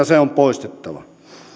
se on poistettava